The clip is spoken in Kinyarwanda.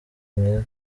mwiza